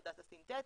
או דאטה סינתטי,